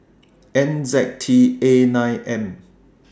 N Z T A nine M